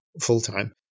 full-time